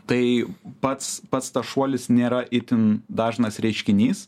tai pats pats tas šuolis nėra itin dažnas reiškinys